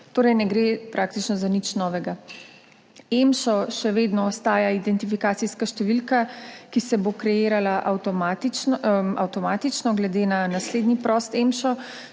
torej ne gre praktično za nič novega. EMŠO še vedno ostaja identifikacijska številka, ki se bo kreirala avtomatično glede na naslednji prost EMŠO,